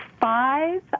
five